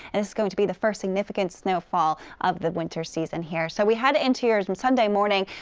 and it's going to be the first significant snowfall of the winter season here. so we head into your sunday morning.